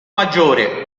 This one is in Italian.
maggiore